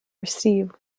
receive